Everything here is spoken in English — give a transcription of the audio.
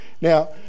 now